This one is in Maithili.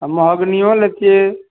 आ महोगनियो लेतियै